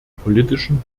politischen